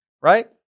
right